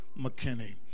McKinney